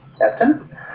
Captain